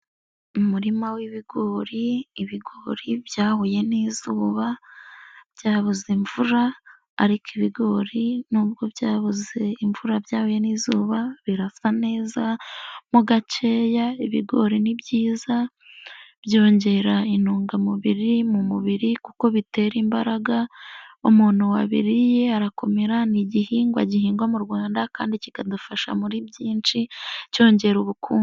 Umurima w'ibigori, ibigori byahuye n'izuba byabuze imvura ariko ibigori nubwo byabuze imvura byahuye n'izuba birasa neza mo gacyeya, ibigori nibyiza byongera intungamubiri mu mubiri kuko bitera imbaraga umuntu wabiriye arakomera ni igihingwa gihingwa mu Rwanda kandi kikadufasha muri byinshi cyongera ubukungu.